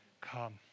come